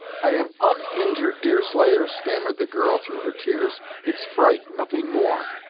i am uninjured, deerslayer, stammered the girl through her tears. it's fright nothing more,